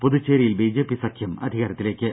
പുതുച്ചേരിയിൽ BJP സഖ്യം അധികാരത്തിലേക്ക്